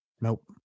nope